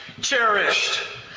cherished